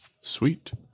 sweet